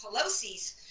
Pelosi's